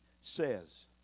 says